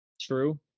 True